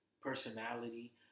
personality